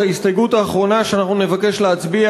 ההסתייגות האחרונה שאנחנו נבקש להצביע